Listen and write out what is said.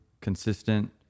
consistent